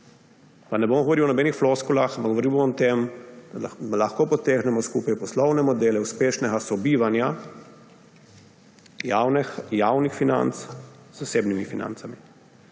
Pa ne bom govoril o nobenih floskulah, govoril bom o tem, da lahko potegnemo skupaj poslovne modele uspešnega sobivanja javnih financ z zasebnimi financami.